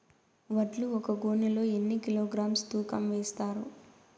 వడ్లు ఒక గోనె లో ఎన్ని కిలోగ్రామ్స్ తూకం వేస్తారు?